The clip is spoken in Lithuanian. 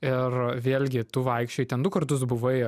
ir vėlgi tu vaikščiojai ten du kartus buvai